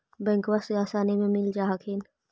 बैंकबा से आसानी मे मिल जा हखिन?